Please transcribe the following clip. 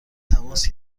تماس